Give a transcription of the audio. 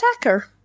attacker